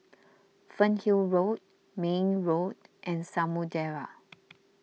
Fernhill Road May Road and Samudera